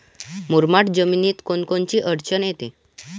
मुरमाड जमीनीत कोनकोनची अडचन येते?